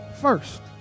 first